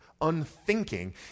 unthinking